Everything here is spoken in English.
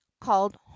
called